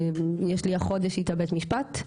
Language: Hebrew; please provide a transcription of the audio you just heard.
יש לי החודש איתה בית-משפט.